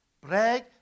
brag